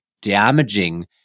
damaging